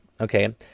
okay